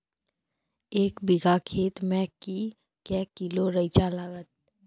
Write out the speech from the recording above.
एक बीघा खेत मे के किलो रिचा लागत?